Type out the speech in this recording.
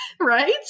Right